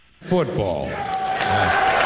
Football